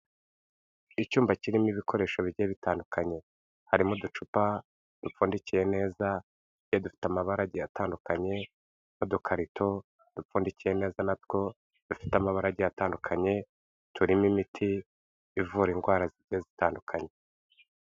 Ni icyumba kirimo ibikoresho bigiye bitandukanye. Harimo uducupa dupfundikiye neza tugiye dufite amabara agiye atandukanye, n'udukarito dupfundikiye neza natwo dufite amabara agiye atandukanye, turimo imiti ivura indwara zigiye zitandukanye.